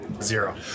zero